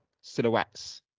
silhouettes